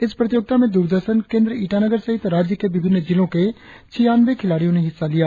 इस प्रतियोगिता में द्ररदर्शन केंद्र ईटानगर सहित राज्य के विभिन्न जिलों के छियानवें खिलाड़ियो ने हिस्सा लिया